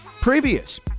previous